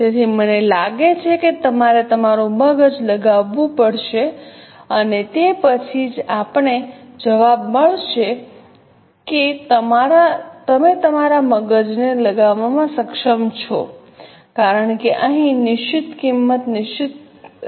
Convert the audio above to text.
તેથી મને લાગે છે કે તમારે તમારું મગજ લગાવું પડશે અને તે પછી જ આપણને જવાબ મળશે કે તમે તમારા મગજને લગાવવામાં સક્ષમ છો કારણ કે અહીં નિશ્ચિત કિંમત નિશ્ચિત રહેવા નથી